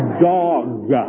dog